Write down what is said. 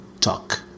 talk